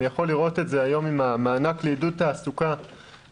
אני יכול לראות את זה היום עם המענק לעידוד תעסוקה שדורש